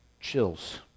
chills